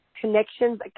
Connections